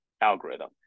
algorithm